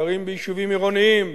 גרים ביישובים עירוניים,